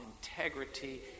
integrity